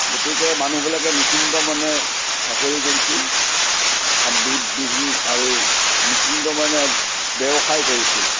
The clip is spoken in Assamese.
গতিকে মানুহবিলাকে নিচিন্ত মনে চাকৰি কৰিছিল বি বিভিন্ন আৰু নিচিন্ত মনে ব্যৱসায় কৰিছিল